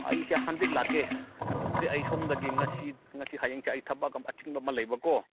ꯑꯩꯁꯦ ꯍꯟꯗꯛ ꯂꯥꯛꯀꯦ ꯍꯥꯏꯕꯕꯨꯗꯤ ꯑꯩ ꯁꯣꯝꯗꯒꯤ ꯉꯁꯤ ꯉꯁꯤ ꯍꯌꯦꯡꯁꯦ ꯑꯩ ꯊꯕꯛ ꯑꯃ ꯑꯆꯤꯟꯕ ꯑꯃ ꯂꯩꯕ ꯀꯣ